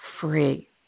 free